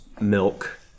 milk